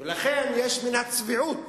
ולכן יש מן הצביעות